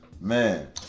Man